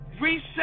reset